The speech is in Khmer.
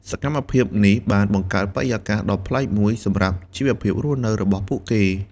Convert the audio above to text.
សកម្មភាពនេះបានបង្កើតបរិយាកាសដ៏ប្លែកមួយសម្រាប់ជីវភាពរស់នៅរបស់ពួកគេ។